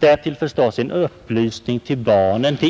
Det ingår som ett led när det